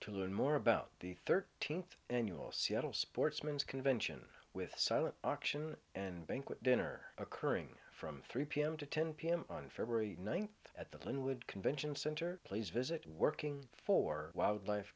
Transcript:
to learn more about the thirteenth annual seattle sportsman's convention with silent auction and banquet dinner occurring from three pm to ten pm on february ninth at the lynwood convention center please visit working for wild life